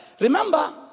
remember